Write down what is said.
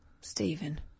Stephen